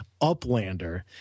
Uplander